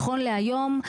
נכון להיום,